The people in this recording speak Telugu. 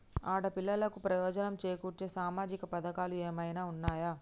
ఆడపిల్లలకు ప్రయోజనం చేకూర్చే సామాజిక పథకాలు ఏమైనా ఉన్నయా?